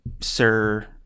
Sir